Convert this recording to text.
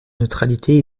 neutralité